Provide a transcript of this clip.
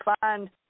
find